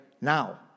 now